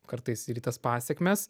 kartais ir į tas pasekmes